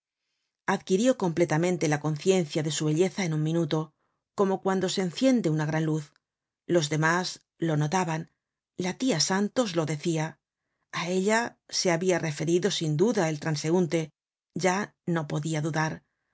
adquirió completamente la conciencia de su belleza en un minuto como cuando se enciende una gran luz los demás lo notaban la tia santos lo decia á ella se habia referido sin duda el transeunte ya no podia dudar